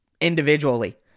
individually